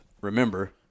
Remember